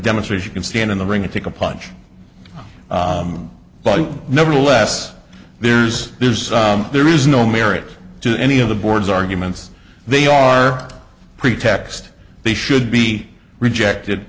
demonstrates you can stand in the ring and take a punch but nevertheless there's there's there is no merit to any of the board's arguments they are pretext they should be rejected